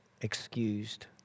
excused